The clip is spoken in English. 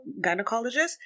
gynecologist